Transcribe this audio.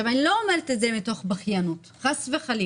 אני לא אומרת את זה מתוך בכיינות, חס וחלילה.